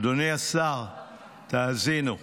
אדוני השר, תאזינו.